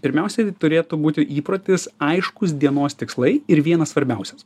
pirmiausiai turėtų būti įprotis aiškūs dienos tikslai ir vienas svarbiausias